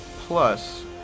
plus